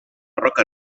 roca